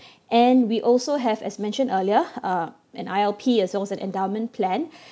and we also have as mentioned earlier uh an I_L_P as well as an endowment plan